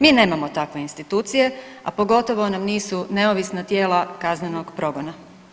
Mi nemamo takve institucije, a pogotovo nam nisu neovisna tijela kaznenog progona.